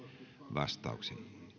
vastaukset